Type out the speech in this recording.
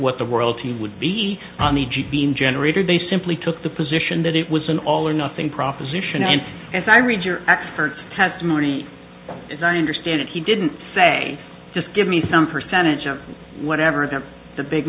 what the world team would be being generated they simply took the position that it was an all or nothing proposition and as i read your expert testimony as i understand it he didn't say just give me some percentage or whatever that the big